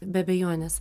be abejonės